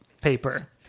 paper